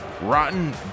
rotten